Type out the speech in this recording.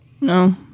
No